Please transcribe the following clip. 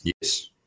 Yes